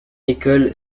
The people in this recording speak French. école